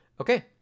Okay